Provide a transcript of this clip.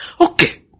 Okay